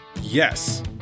Yes